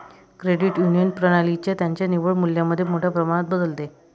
credit union प्रणाली त्यांच्या निव्वळ मूल्यामध्ये मोठ्या प्रमाणात बदलते